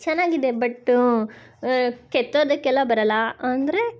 ಚೆನ್ನಾಗಿದೆ ಬಟ್ ಕೆತ್ತೋದಕ್ಕೆಲ್ಲ ಬರಲ್ಲ ಅಂದರೆ